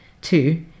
Two